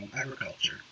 agriculture